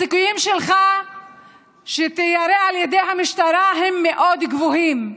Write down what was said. הסיכויים שלך שתיירה על ידי המשטרה הם מאוד גבוהים.